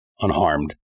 unharmed